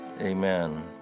Amen